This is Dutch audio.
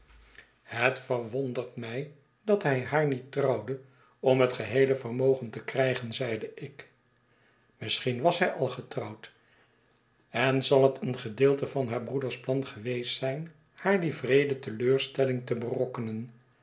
het verwondert my dat hij haar niet trouwde om het geheele vermogen te krijgen zeide ik misschien was hij al getrouwd en zal het een gedeelte van haar broeders plan geweest zijn haar die wreede teleurstelling te berokkenen